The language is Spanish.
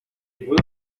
puedo